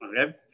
Okay